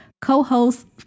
co-host